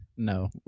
No